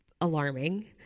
Alarming